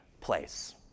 place